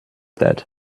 that